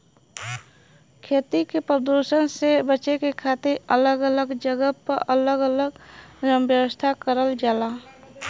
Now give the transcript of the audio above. खेती के परदुसन से बचे के खातिर अलग अलग जगह पर अलग अलग व्यवस्था करल जाला